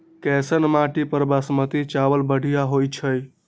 कैसन माटी पर बासमती चावल बढ़िया होई छई?